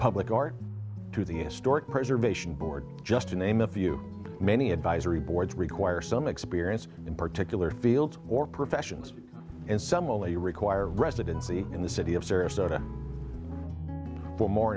public art to the historic preservation board just to name a few many advisory boards require some experience in particular field or professions and some only require residency in the city of sarasota but more